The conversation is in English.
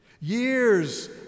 years